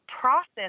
process